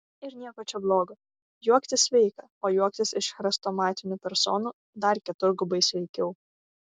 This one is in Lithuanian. ir nieko čia blogo juoktis sveika o juoktis iš chrestomatinių personų dar keturgubai sveikiau